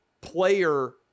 player